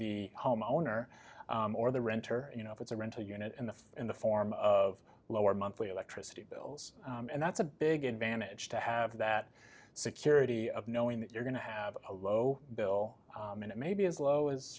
the homeowner or the renter you know if it's a rental unit in the in the form of lower monthly electricity bills and that's a big advantage to have that security of knowing that you're going to have a low bill and it may be as low as